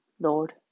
Lord